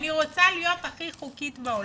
אני רוצה להיות הכי חוקית בעולם.